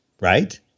Right